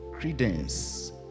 credence